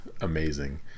amazing